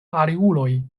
aliuloj